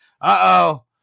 Uh-oh